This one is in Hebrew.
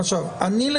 עוד